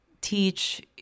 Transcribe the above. teach